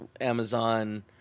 Amazon